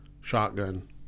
shotgun